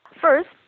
First